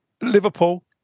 Liverpool